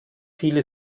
viele